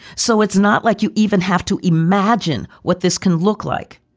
so it's not like you even have to imagine what this can look like.